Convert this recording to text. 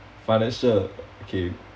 financial okay